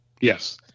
Yes